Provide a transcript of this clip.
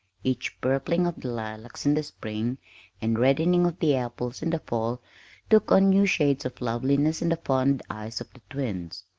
each purpling of the lilacs in the spring and reddening of the apples in the fall took on new shades of loveliness in the fond eyes of the twins,